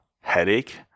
headache